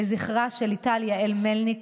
לזכרה של ליטל יעל מלניק.